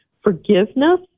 forgiveness